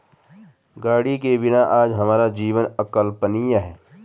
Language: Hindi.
गाड़ी के बिना आज हमारा जीवन अकल्पनीय है